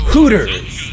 Hooters